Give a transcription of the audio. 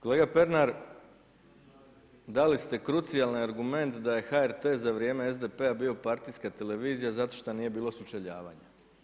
Kolega Pernar, dali ste krucijalni argument da je HRT za vrijeme SDP-a bio partijska televizija zato što nije bilo sučeljavanja.